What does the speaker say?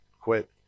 quit